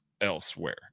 elsewhere